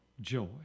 joy